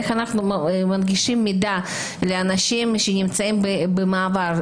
איך אנחנו מנגישים מידע לאנשים שנמצאים במעבר,